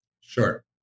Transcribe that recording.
Sure